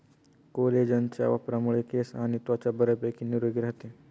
कोलेजनच्या वापरामुळे केस आणि त्वचा बऱ्यापैकी निरोगी राहते